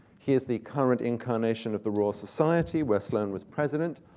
here's the current incarnation of the royal society, where sloane was president.